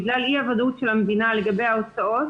בגלל אי-הוודאות של המדינה לגבי ההוצאות